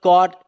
God